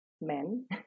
men